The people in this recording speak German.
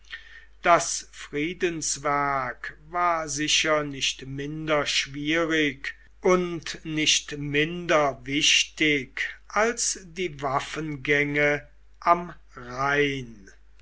das friedenswerk war sicher nicht minder schwierig und nicht minder wichtig als die waffengänge am rhein